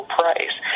price